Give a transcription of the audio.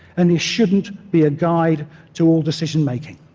and it shouldn't be a guide to all decision making.